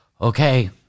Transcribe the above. okay